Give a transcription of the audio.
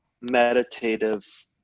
meditative